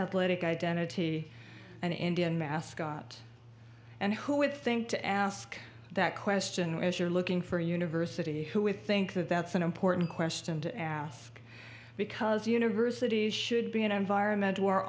political identity an indian mascot and who would think to ask that question was you're looking for a university who with think that that's an important question to ask because universities should be an environment